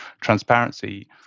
transparency